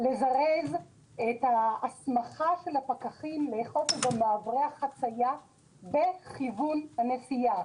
לזרז את ההסמכה של הפקחים לאכוף במעברי החציה בכיוון הנסיעה.